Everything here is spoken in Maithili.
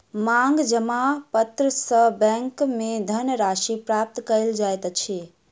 मांग जमा पत्र सॅ बैंक में धन राशि प्राप्त कयल जाइत अछि